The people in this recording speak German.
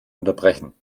unterbrechen